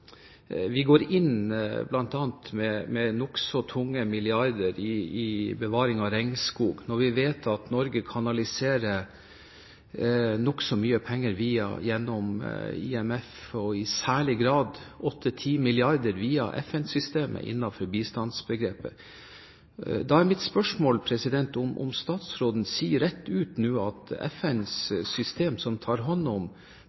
vi går inn med bl.a. nokså tunge milliarder til bevaring av regnskog, og når vi vet at Norge kanaliserer nokså mye penger gjennom IMF og i særlig grad – 8–10 mrd. kr – via FN-systemet innenfor bistandsbegrepet, er mitt spørsmål: Sier statsråden nå rett ut at FNs system som tar hånd om